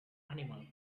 animal